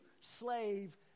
slave